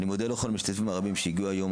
אני מודה לכל המשתתפים הרבים שהגיעו היום,